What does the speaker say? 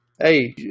hey